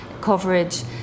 coverage